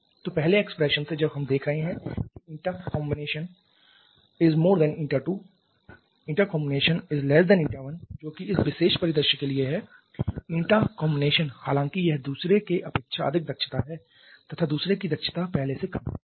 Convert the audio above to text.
तो पहले expression से जब हम देख रहे हैं कि ηComb η2 ηComb η1 जो कि इस विशेष परिदृश्य के लिए है ηComb हालांकि यह दूसरे के अपेक्षा अधिक दक्षता हैतथा दूसरे की दक्षता पहले से कम है